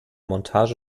montage